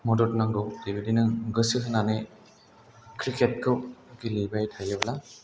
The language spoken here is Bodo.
मदद नांगौ बेबादिनो गोसो होनानै क्रिकेटखौ गेलेबाय थायोब्ला